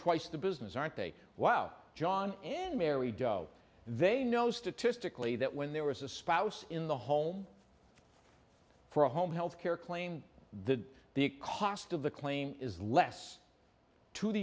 twice the business aren't they wow john ng mary jo they know statistically that when there was a spouse in the home for a home health care claim that the cost of the claim is less to t